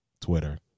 Twitter